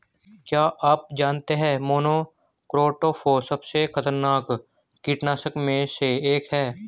क्या आप जानते है मोनोक्रोटोफॉस सबसे खतरनाक कीटनाशक में से एक है?